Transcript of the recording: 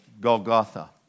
Golgotha